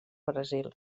brasil